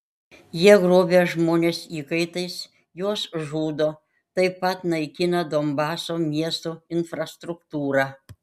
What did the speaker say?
jie grobia žmones įkaitais juos žudo taip pat naikina donbaso miestų infrastruktūrą